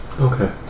Okay